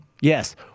Yes